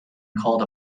called